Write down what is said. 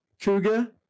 cougar